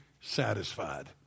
satisfied